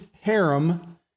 harem